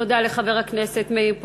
תודה לחבר הכנסת מאיר פרוש.